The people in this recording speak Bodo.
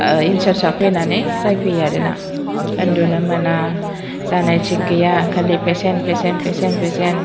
इनसार्सआ फैनानै रायफैयो आरोना उन्दुनो मोना जानाय थिख गैया खालि पेसेन्ट पेसेन्ट पेसेन्ट पेसेन्ट